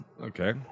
Okay